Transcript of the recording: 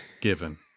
given